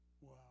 Wow